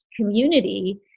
community